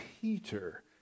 Peter